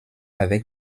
avec